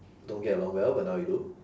don't get along well but now you do